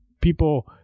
people